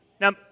Now